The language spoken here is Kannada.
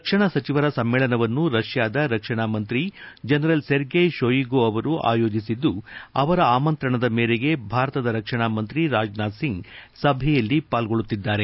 ರಕ್ಷಣಾ ಸಚಿವರ ಸಮ್ಮೇಳನವನ್ನು ರಷ್ಯಾದ ರಕ್ಷಣಾ ಮಂತ್ರಿ ಜನರಲ್ ಸೆರ್ಗೆ ಷೋಯಿಗು ಅವರು ಆಯೋಜಿಸಿದ್ದು ಅವರ ಅಮಂತ್ರಣದ ಮೇರೆಗೆ ಭಾರತದ ರಕ್ಷಣಾ ಮಂತ್ರಿ ರಾಜನಾಥ್ ಸಿಂಗ್ ಸಭೆಯಲ್ಲಿ ಪಾಲ್ಗೊಳ್ಳಲಿದ್ದಾರೆ